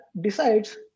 decides